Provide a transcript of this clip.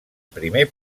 primer